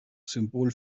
symbol